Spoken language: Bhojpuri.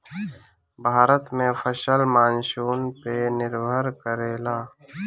भारत में फसल मानसून पे निर्भर करेला